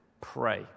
pray